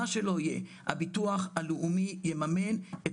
מה שלא יהיה הביטוח לאומי יממן את